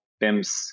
PIMS